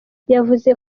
yavuze